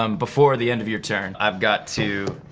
um before the end of your turn, i've got to